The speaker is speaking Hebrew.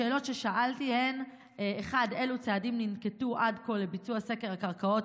השאלות ששאלתי: 1. אילו צעדים ננקטו עד כה לביצוע סקר הקרקעות?